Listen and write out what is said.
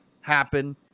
happen